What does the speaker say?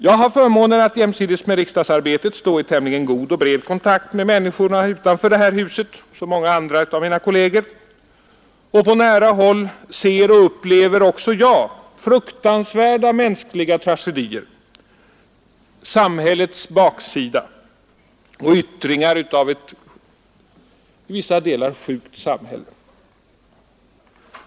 Jag har förmånen att jämsides med riksdagsarbetet stå i tämligen god och bred kontakt med människorna utanför det här huset — som många av mina kolleger — och på nära håll ser och upplever också jag fruktansvärda mänskliga tragedier på samhällets baksida och yttringar av ett i vissa delar sjukt samhälle.